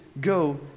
go